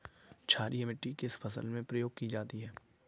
क्षारीय मिट्टी किस फसल में प्रयोग की जाती है?